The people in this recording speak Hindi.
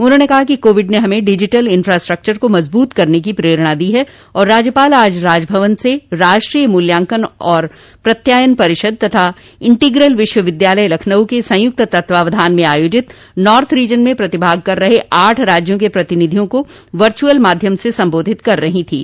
उन्होंने कहा कि कोविड ने हमें डिजिटल इन्फ्रास्ट्रक्चर को मजबूत करने के प्रेरणा दी है राज्यपाल आज राजभवन से राष्ट्रीय मूल्यांकन एवं प्रत्यायन परिषद एवं इंटीग्रल विश्वविद्यालय लखनऊ के संयुक्त तत्वावधान में आयोजित नार्थ रीजन में प्रतिभाग कर रहे आठ राज्यों के प्रतिनिधियों को वर्चुअल माध्यम से संबोधित कर रही थीं